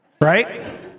Right